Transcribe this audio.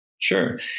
Sure